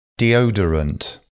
Deodorant